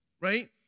Right